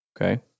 Okay